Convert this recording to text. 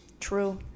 True